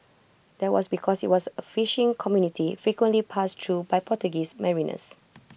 that was because IT was A fishing community frequently passed through by Portuguese mariners